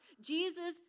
Jesus